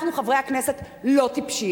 אנחנו, חברי הכנסת, לא טיפשים.